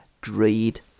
greed